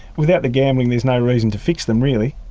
without the gambling, there's no reason to fix them, really.